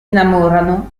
innamorano